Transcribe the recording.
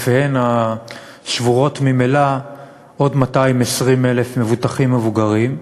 כתפיהן השבורות ממילא עוד 220,000 מבוטחים מבוגרים.